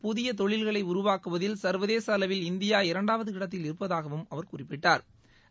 புதிய தொழில்களை உருவாக்குவதில் சா்வதேச அளவில் இந்தியா இரண்டாவது இடத்தில் இருப்பதாகவும் அவர் குறிப்பிட்டா்